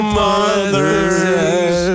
mothers